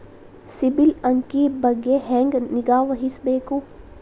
ಸಿಬಿಲ್ ಅಂಕಿ ಬಗ್ಗೆ ಹೆಂಗ್ ನಿಗಾವಹಿಸಬೇಕು?